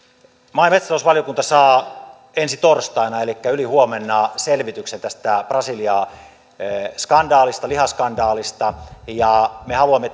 maa ja metsätalousvaliokunta saa ensi torstaina elikkä ylihuomenna selvityksen tästä brasilian lihaskandaalista lihaskandaalista me haluamme